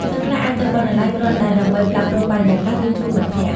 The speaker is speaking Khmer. សិស្សខ្លះអាចទៅបណ្ណាល័យគ្រាន់តែដើម្បី ផ្លាស់ប្ដូរបរិយាកាស ឬជួបមិត្តភក្តិ។